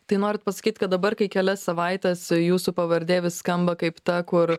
tai norit pasakyt kad dabar kai kelias savaites jūsų pavardė vis skamba kaip ta kur